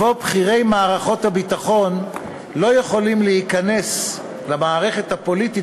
שבו בכירי מערכות הביטחון לא יכולים להיכנס למערכת הפוליטית